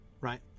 right